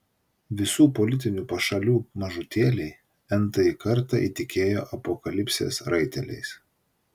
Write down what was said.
visų politinių pašalių mažutėliai n tąjį kartą įtikėjo apokalipsės raiteliais